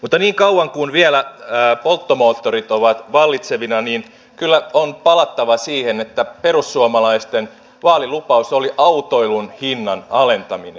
mutta niin kauan kuin vielä polttomoottorit ovat vallitsevina niin kyllä on palattava siihen että perussuomalaisten vaalilupaus oli autoilun hinnan alentaminen